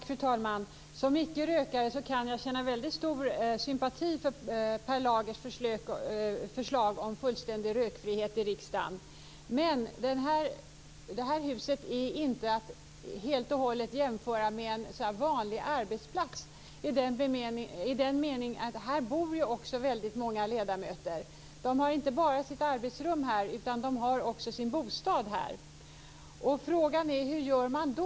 Fru talman! Som icke rökare kan jag känna stor sympati för Per Lagers förslag om fullständig rökfrihet i riksdagen. Men det här huset går inte att helt och hållet jämföras med en vanlig arbetsplats i den meningen att många ledamöter ju också bor här. De har inte bara sitt arbetsrum här, utan de har också sin bostad här. Frågan är: Hur gör man då?